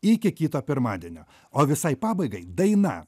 iki kito pirmadienio o visai pabaigai daina